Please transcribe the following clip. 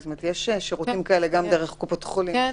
נכון,